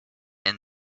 and